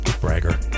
bragger